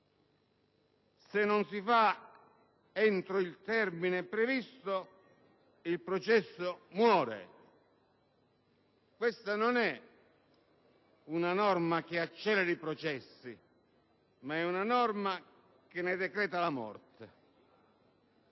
si conclude entro il termine previsto muore. Questa non è una norma che accelera i processi! È una norma che ne decreta la morte,